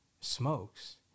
smokes